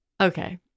Okay